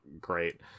great